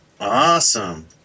Awesome